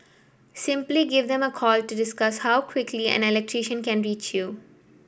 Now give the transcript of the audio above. simply give them a call to discuss how quickly an electrician can reach you